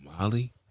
Molly